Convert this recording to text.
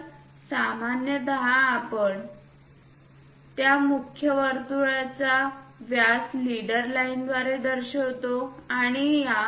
तर सामान्यत आपण त्या मुख्य वर्तुळाचा व्यास लीडर लाइनद्वारे दर्शवितो आणि या